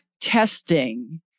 testing